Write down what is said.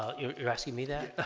ah you're you're asking me that